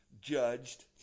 judged